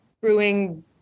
brewing